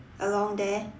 along there